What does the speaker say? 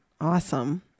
awesome